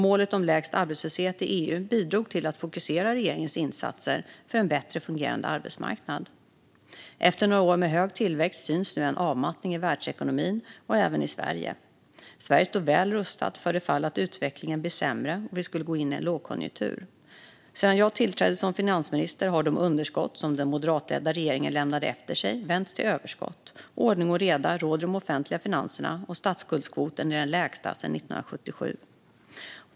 Målet om lägst arbetslöshet i EU bidrog till att fokusera regeringens insatser för en bättre fungerande arbetsmarknad. Efter några år med hög tillväxt syns nu en avmattning i världsekonomin och även i Sverige. Sverige står väl rustat för det fall att utvecklingen blir sämre och vi skulle gå in i en lågkonjunktur. Sedan jag tillträdde som finansminister har de underskott som den moderatledda regeringen lämnade efter sig vänts till överskott. Ordning och reda råder i de offentliga finanserna. Statsskuldskvoten är den lägsta sedan 1977.